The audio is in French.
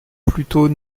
plutôt